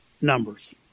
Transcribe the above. numbers